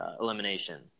elimination